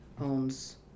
owns